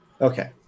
Okay